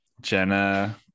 Jenna